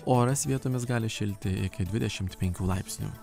oras vietomis gali šilti iki dvidešimt penkių laipsnių